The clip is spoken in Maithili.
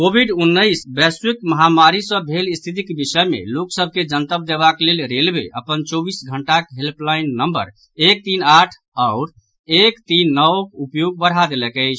कोविड उन्नैस वैश्विक माहामारी सँ भेल स्थितिक विषय मे लोक सभ के जनतब देबाक लेल रेलवे अपन चौबीस घंटाक हेल्पलाईन नम्बर एक तीन आठ आओर एक तीन नओक उपयोग बढ़ा देलक अछि